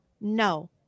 No